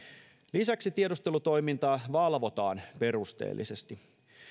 lisäksi tiedustelutoimintaa valvotaan perusteellisesti